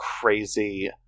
crazy